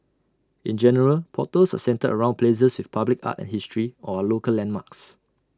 in general portals are centred around places with public art and history or are local landmarks